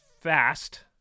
fast